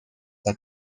the